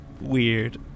weird